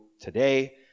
today